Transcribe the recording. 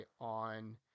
on –